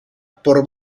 por